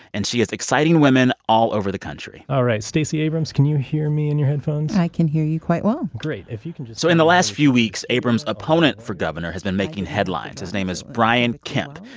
and she is exciting women all over the country all right. stacey abrams, can you hear me in your headphones? i can hear you quite well great. if you can just. so in the last few weeks, abrams' opponent for governor has been making headlines. his name is brian kemp.